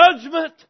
judgment